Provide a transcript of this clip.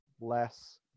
less